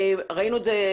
ראינו את זה,